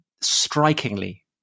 strikingly